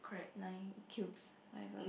nine cubes whatever